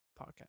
podcast